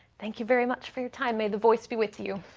thank you very much for your time. may the voice be with you